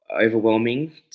overwhelming